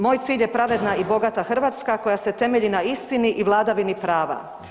Moj cilj je pravedna i bogata Hrvatska koja se temelji na istini i vladavini prava.